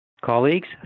Colleagues